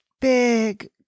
big